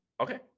Okay